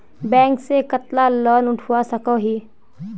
Bank से कतला loan उठवा सकोही?